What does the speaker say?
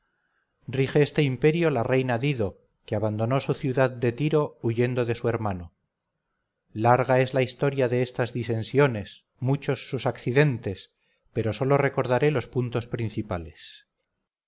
rige este imperio la reina dido que abandonó su ciudad de tiro huyendo de su hermano larga es la historia de estas disensiones muchos sus accidentes pero sólo recordaré los puntos principales